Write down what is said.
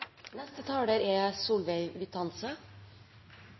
neste taler er